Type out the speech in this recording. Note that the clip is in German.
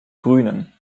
grünen